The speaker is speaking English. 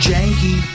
Janky